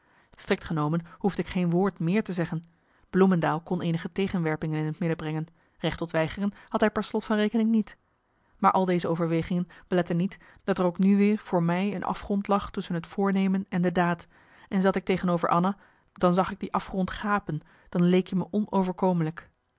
strikt genomen hoefde ik geen woord meer te zeggen bloemendael kon eenige tegenwerpingen in t midden brengen recht tot weigeren had hij per slot van rekening niet maar al deze overwegingen beletten niet dat er ook nu weer voor mij een afgrond lag tusschen het voornemen en de daad en zat ik tegenover anna dan zag ik die afgrond gapen dan leek i me onoverkomelijk